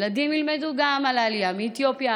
לצד זה הילדים ילמדו גם על העלייה מאתיופיה,